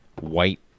White